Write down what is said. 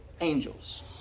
angels